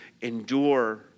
endure